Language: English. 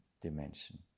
dimension